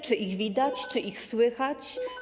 Czy ich widać, czy ich słychać?